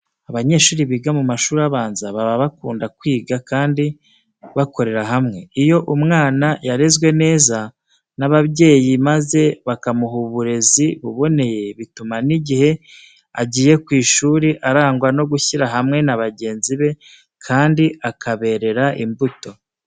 Abanyeshuri biga mu mashuri abanza baba bakunda kwiga kandi bakorera hamwe. Iyo umwana yarezwe neza n'ababyeyi maze bakamuha uburezi buboneye bituma n'igihe agiye ku ishuri arangwa no gushyira hamwe na bagenzi be kandi akaberera imbuto.